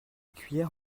cuillère